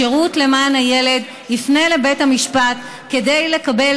השירות למען הילד יפנה לבית המשפט כדי לקבל